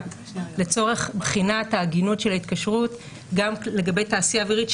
לצורך בחינת ההגינות של ההתקשרות גם לגבי תעשייה אווירית,